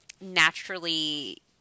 naturally